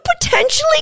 potentially